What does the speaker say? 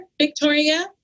Victoria